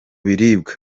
biribwa